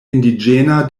indiĝena